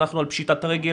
אנחנו בפשיטת רגל,